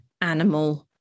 animal